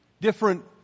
different